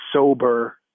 sober